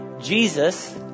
Jesus